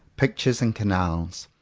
pic tures and canals.